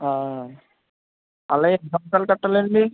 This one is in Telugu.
అలాగే ఎన్ని సంవత్సరాలు కట్టాలండి